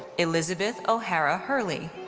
elizabeth o'hara hurley,